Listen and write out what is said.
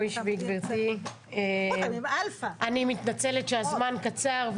אני מתנצלת שהזמן קצר,